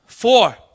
four